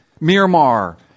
Miramar